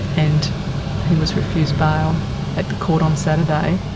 and he was refused bail at the court on saturday,